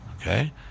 Okay